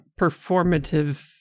performative